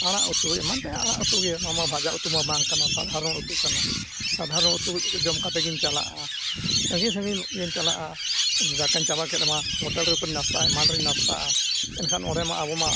ᱟᱲᱟᱜ ᱩᱛᱩ ᱮᱢᱟᱱ ᱛᱮᱭᱟᱜ ᱟᱲᱟᱜ ᱩᱛᱩ ᱜᱮ ᱚᱱᱟᱢᱟ ᱵᱷᱟᱡᱟ ᱩᱛᱩ ᱢᱟ ᱵᱟᱝ ᱠᱟᱱᱟ ᱥᱟᱫᱷᱟᱨᱚᱱ ᱩᱛᱩ ᱠᱟᱱᱟ ᱥᱟᱫᱷᱟᱨᱚᱱ ᱩᱛᱩ ᱡᱚᱢ ᱠᱟᱛᱮᱫ ᱜᱮᱧ ᱪᱟᱞᱟᱜᱼᱟ ᱥᱟᱺᱜᱤᱧ ᱥᱟᱺᱜᱤᱧ ᱤᱭᱟᱹᱧ ᱪᱟᱞᱟᱜᱼᱟ ᱫᱟᱠᱟᱧ ᱪᱟᱵᱟ ᱠᱮᱫᱢᱟ ᱦᱳᱴᱮᱞ ᱨᱮᱧ ᱱᱟᱥᱛᱟᱜᱼᱟ ᱮᱢᱟᱱ ᱨᱮᱧ ᱱᱟᱥᱛᱟᱜᱼᱟ ᱮᱱᱠᱷᱟᱱ ᱚᱸᱰᱮᱢᱟ ᱟᱵᱚᱢᱟ